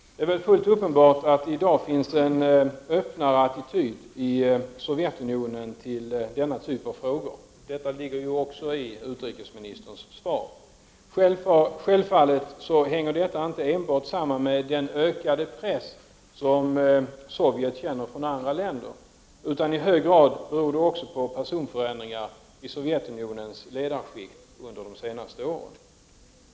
Det är fullt uppenbart att det i Sovjetunionen i dag finns en öppnare attityd till denna typ av frågor. Detta antyds också i utrikesministerns svar. Självfallet hänger detta inte enbart samman med den ökade press som Sovjet känner från andra länder, utan det beror i hög grad också på personförändringar i Sovjetunionens ledarskikt under de senaste åren.